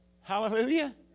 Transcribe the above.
Hallelujah